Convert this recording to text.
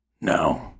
no